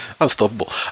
unstoppable